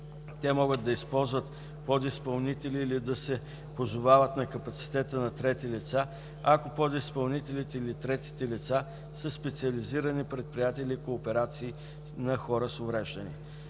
те могат да ползват подизпълнители или да се позовават на капацитета на трети лица, ако подизпълнителите или третите лица са специализирани предприятия или кооперации на хора с увреждания.